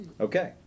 Okay